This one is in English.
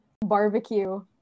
barbecue